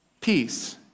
Peace